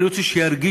אני רוצה שירגישו